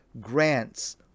grants